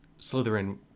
slytherin